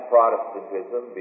Protestantism